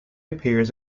appears